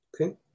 Okay